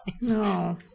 no